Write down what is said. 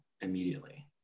immediately